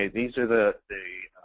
these are the the